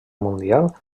mundial